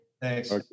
Thanks